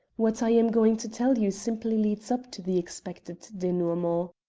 what i am going to tell you simply leads up to the expected denouement.